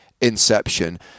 Inception